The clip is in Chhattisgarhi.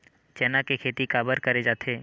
चना के खेती काबर करे जाथे?